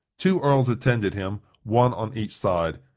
two earls attended him, one on each side,